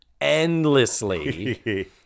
endlessly